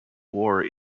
war